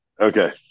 okay